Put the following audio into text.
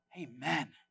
Amen